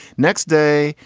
next day,